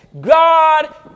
God